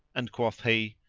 and quoth he,